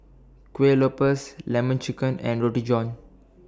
Kueh Lopes Lemon Chicken and Roti John